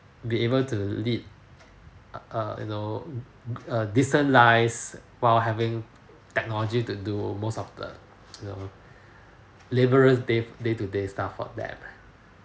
be able to lead err you know uh distance lives while having technology to do almost of the you know the labour day day to day stuff of that